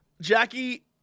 Jackie